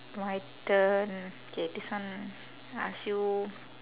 my turn okay this one I ask you